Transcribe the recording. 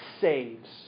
saves